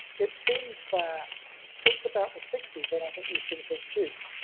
it seems that since about the sixty s, when i think these things were introduced,